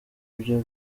byo